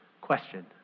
question